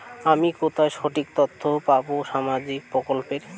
আমি কোথায় সঠিক তথ্য পাবো সামাজিক প্রকল্পের?